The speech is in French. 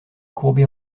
courbée